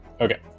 Okay